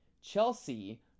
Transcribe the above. Chelsea